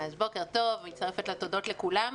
בוקר טוב, מצטרפת לתודות כולם.